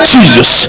Jesus